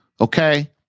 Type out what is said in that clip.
Okay